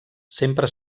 sempre